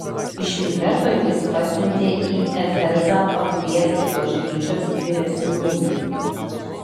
iš mileto jis pasiuntė į efezą pakviesti bažnyčios vyresniųjų